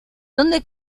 donde